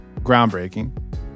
groundbreaking